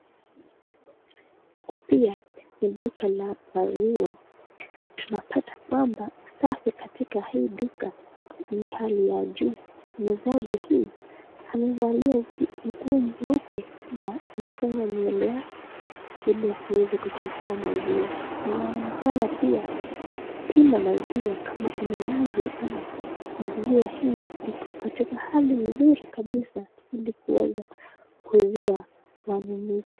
Huku pia ni duka la maziwa. Tunapata kwamba usafi katika hii duka ni hali ya juu. Muuzaji huyu Amevalia nguo nyeupe, pia amefunga nywele yake ili hasiweze kuchafua maziwa. Inaonekana pia kupima maziwa kama ina maji ama waziwa hii hiko katika hali muzuri kabisa ili kuuzia wanunuzi.